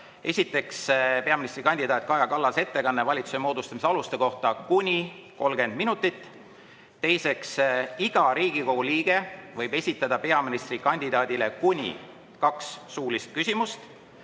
Esiteks on peaministrikandidaat Kaja Kallase ettekanne valitsuse moodustamise aluste kohta, kuni 30 minutit. Teiseks, iga Riigikogu liige võib esitada peaministrikandidaadile kuni kaks suulist küsimust.